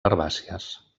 herbàcies